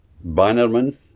Bannerman